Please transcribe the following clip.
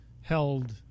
held